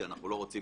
כי אנחנו לא רוצים